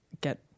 get